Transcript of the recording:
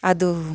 ಅದೂ